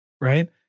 right